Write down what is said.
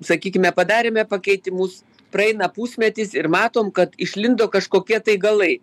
sakykime padarėme pakeitimus praeina pusmetis ir matom kad išlindo kažkokie galai